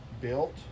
built